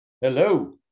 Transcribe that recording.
Hello